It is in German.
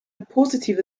positive